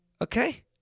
Okay